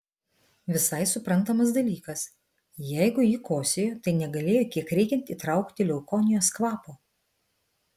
visai suprantamas dalykas jeigu ji kosėjo tai negalėjo kiek reikiant įtraukti leukonijos kvapo